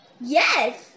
Yes